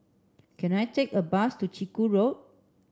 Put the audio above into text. can I take a bus to Chiku Road